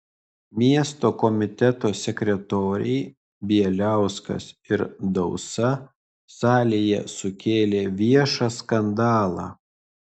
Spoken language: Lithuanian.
miesto komiteto sekretoriai bieliauskas ir dausa salėje sukėlė viešą skandalą